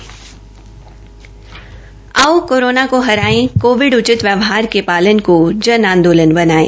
आओ कोरोना को हराए कोविड उचित व्यवहार के पालन को जन आंदोलन बनायें